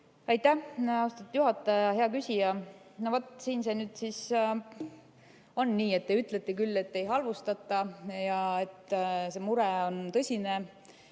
Aitäh, austatud juhataja! Hea küsija! No vot, siin see nüüd siis on. Te ütlete küll, et ei halvustata ja et mure on tõsine,